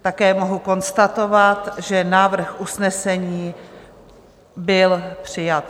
Také mohu konstatovat, že návrh usnesení byl přijat.